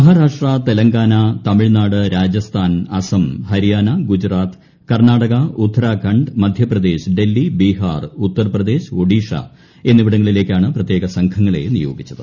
മഹാരാഷ്ട്രിട്ട് തെലങ്കാന തമിഴ്നാട് രാജസ്ഥാൻ അസം ഹരിയാന ഗൂജ്റാത്ത് കർണാടക ഉത്തരാഖണ്ഡ് മധ്യപ്രദേശ് ഡൽഹി ബിഹാർ ഉത്തർപ്രദേശ് ഒഡീഷ എന്നിവിടങ്ങളിലേക്കാണ് പ്രത്യേക സംഘങ്ങളെ നിയോഗിച്ചത്